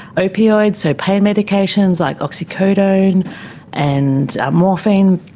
opioids, so pain medications like oxycodone and morphine.